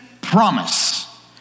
promise